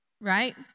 right